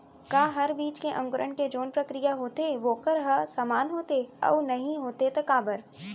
का हर बीज के अंकुरण के जोन प्रक्रिया होथे वोकर ह समान होथे, अऊ नहीं होथे ता काबर?